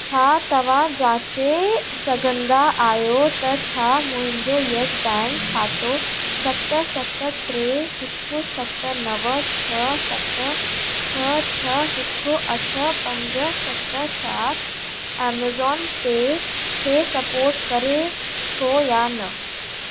छा तव्हां जाचे सघंदा आहियो त छा मुंहिंजो येस बैंक खातो सत सत टे हिकु सत नव छह सत छह छह हिकु अठ पंज सत चारि ऐमज़ॉन पे खे सपोट करे थो य न